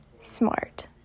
smart